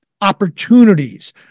opportunities